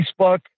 Facebook